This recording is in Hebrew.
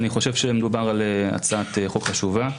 אני חושב שמדובר על הצעת חוק חשובה.